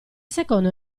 secondo